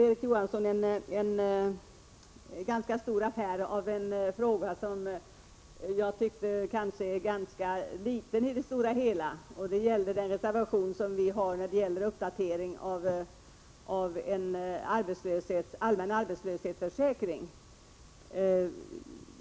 Erik Johansson gjorde en tämligen stor affär av en fråga som jag tycker är ganska liten i sammanhanget. Det gäller den reservation som vi har avgett om en uppdatering av den tidigare utredningen om en allmän arbetslöshetsförsäkring.